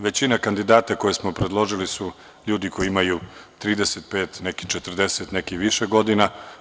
Većina kandidata koje smo predložili su ljudi koji imaju 35, neki 40, neki i više godina.